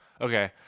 Okay